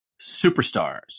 superstars